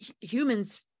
humans